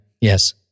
Yes